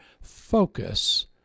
focus